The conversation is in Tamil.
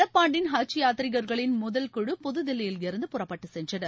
நடப்பாண்டின் ஹஜ் யாத்திரிகர்களின் முதல் குழு புதுதில்லியிலிருந்து புறப்பட்டுச் சென்றனர்